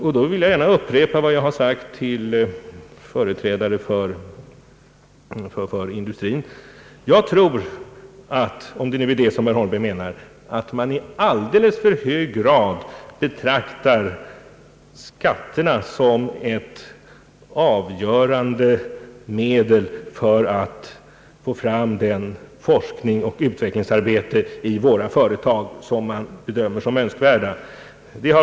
Jag vill då gärna upprepa vad jag har sagt till företrädare för industrin, nämligen att jag tror att — om det är detta som nu herr Holmberg menar — man i alldeles för hög grad betraktar skattefavörer som ett avgörande medel för att få fram det forskningsoch utvecklingsarbete vid våra företag som man bedömer som önskvärt.